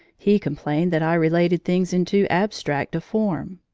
he complained that i related things in too abstract a form.